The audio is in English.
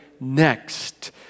Next